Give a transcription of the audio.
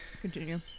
Continue